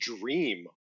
dream